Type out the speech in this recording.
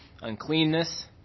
uncleanness